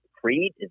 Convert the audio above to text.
Creed